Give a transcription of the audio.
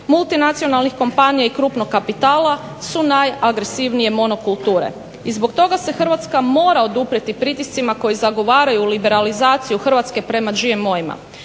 multinacionalnih kompanija i krupnog kapitala su najagresivnije monokulture i zbog toga se mora Hrvatska oduprijeti pritiscima koji zagovaraju liberalizaciju Hrvatske prema GMO-ima.